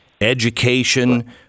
education